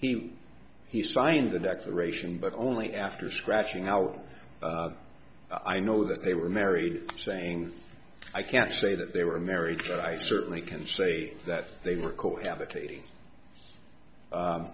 he he signed the declaration but only after scratching out i know that they were married saying i can't say that they were married but i certainly can say that they were